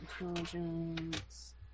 intelligence